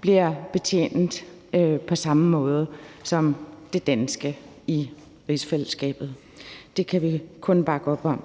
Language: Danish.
bliver betjent på samme måde som det danske i rigsfællesskabet. Det kan vi kun bakke op om.